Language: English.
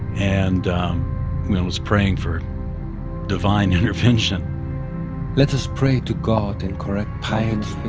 and was praying for divine intervention let us pray to god in correct piety,